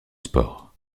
sport